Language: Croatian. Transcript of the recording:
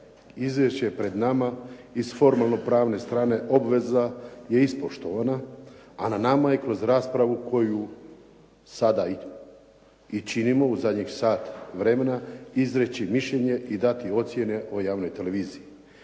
Izvješće pred nama i s formalno-pravne strane obveza je ispoštovana, a na nama je kroz raspravu koju sada i činimo u zadnjih sat vremena izreći mišljenje i dati ocjene o javnoj televiziji.